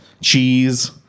cheese